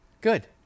Good